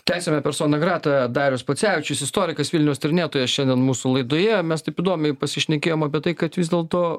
tęsiame persona grata darius pocevičius istorikas vilniaus tyrinėtojas šiandien mūsų laidoje mes taip įdomiai pasišnekėjom apie tai kad vis dėlto